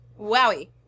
Wowie